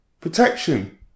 Protection